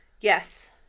Yes